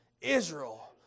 Israel